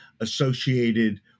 associated